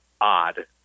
odd